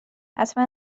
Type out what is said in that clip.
حتما